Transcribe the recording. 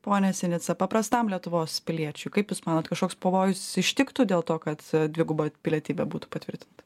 pone sinica paprastam lietuvos piliečiui kaip jūs manot kažkoks pavojus ištiktų dėl to kad dviguba pilietybė būtų patvirtinta